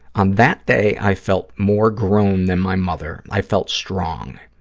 on that day i felt more grown than my mother. i felt strong,